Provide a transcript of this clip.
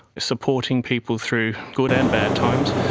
supporting people through good and bad times,